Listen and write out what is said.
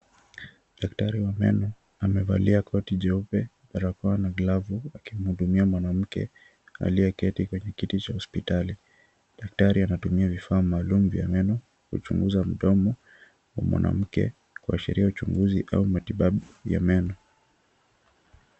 Daktari wa meno, amevalia koti jeupe, barakoa na glavu akimhudumia mwanamke aliyeketi kwenye kiti cha hospitali. Daktari anatumia vitu maalumu vya meno kuchunguza mdomo wa mwanamke, kuashiria uchunguzi au matibabu ya meno.